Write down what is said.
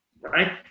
right